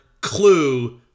Clue